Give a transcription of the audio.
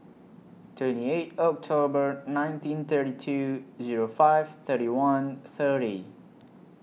twenty eight October nineteen thirty two Zero five thirty one thirty